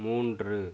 மூன்று